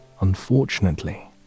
unfortunately